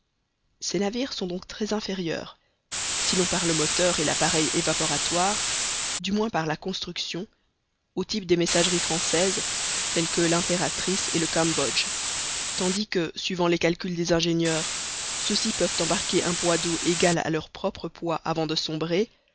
ces navires sont donc très inférieurs sinon par le moteur et l'appareil évaporatoire du moins par la construction aux types des messageries françaises tels que l'impératrice et le cambodge tandis que suivant les calculs des ingénieurs ceux-ci peuvent embarquer un poids d'eau égal à leur propre poids avant de sombrer